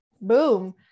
boom